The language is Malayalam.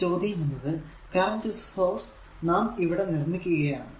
ഇനി ചോദ്യം എന്നത് ഈ കറന്റ് സോഴ്സ് നാം ഇവിടെ നിർമിക്കുകയാണ്